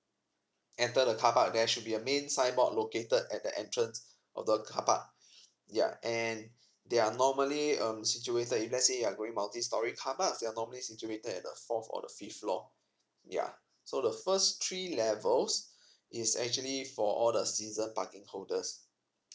enter the carpark there should be a main signboard located at the entrance of the carpark yup and they are normally um situated if let's say you are going multistorey carpark it will normally situated at the forth or the fifth floor yeah so the first three levels is actually for all the season parking holders